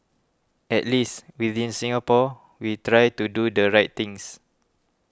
at least within Singapore we try to do the right things